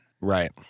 Right